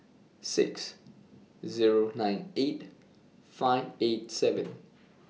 six Zero nine eight five eight seven